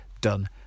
done